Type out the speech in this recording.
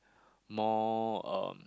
more um